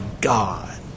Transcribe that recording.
God